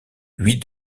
huit